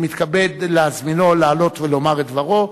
אני מתכבד להזמינו לעלות ולומר את דברו,